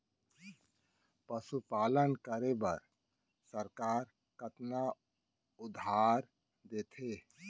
पशुपालन करे बर सरकार कतना उधार देथे?